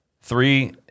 Three –